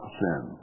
sin